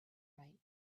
right